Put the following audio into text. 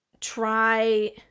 try